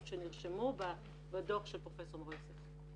שנרשמו בדוח של פרופסור מור יוסף.